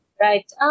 right